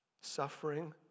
suffering